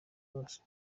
bose